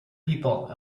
people